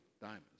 diamonds